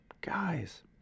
guys